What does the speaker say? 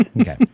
Okay